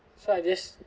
so I just